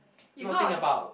if not